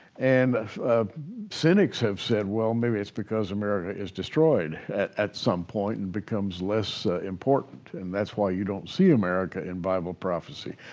and cynics have said well maybe it's because america is destroyed at at some point and becomes less important and that's why you don't see america in bible prophecy.